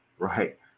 right